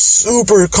super